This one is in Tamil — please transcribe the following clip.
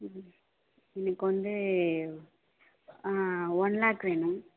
எனக்கு வந்து ஒன் லேக் வேணும்